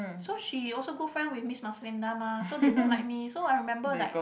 so she also go friend with Miss Maslinda mah so they don't like me so I remember like